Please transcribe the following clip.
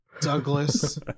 douglas